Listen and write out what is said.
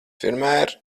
vienmēr